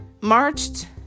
marched